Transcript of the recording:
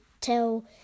tell